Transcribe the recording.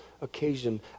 occasion